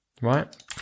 right